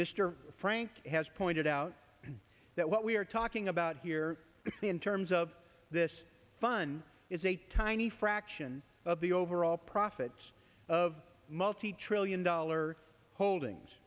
mr frank has pointed out that what we are talking about here is the in terms of this fun is a tiny fraction of the overall profits of multi trillion dollar holdings